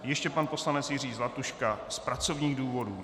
Ještě pan poslanec Jiří Zlatuška z pracovních důvodů.